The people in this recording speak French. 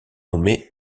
nommé